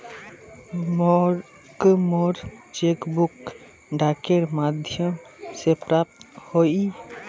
मोक मोर cheque book डाकेर माध्यम से प्राप्त होइए